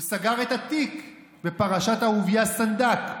הוא סגר את התיק בפרשת אהוביה סנדק,